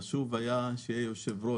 חשוב היה שיהיה יושב-ראש.